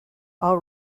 all